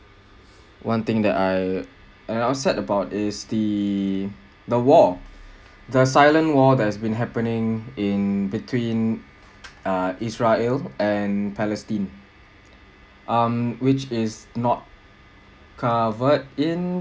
one thing that I I'm upset about is the the war the silent war that has been happening in between uh israel and palestine um which is not covered in